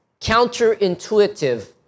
counterintuitive